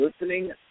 listening